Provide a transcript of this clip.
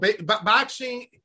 boxing